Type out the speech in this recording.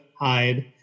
hide